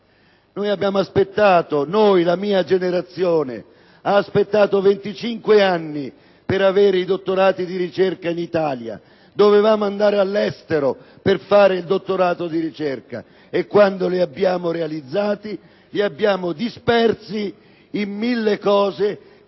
di ricerca. La mia generazione ha aspettato 25 anni per avere i dottorati di ricerca in Italia: dovevamo andare all’estero per fare il dottorato di ricerca. Quando li abbiamo realizzati, li abbiamo dispersi in 1.000 cose che